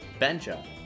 Benja